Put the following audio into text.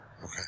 Okay